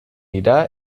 irá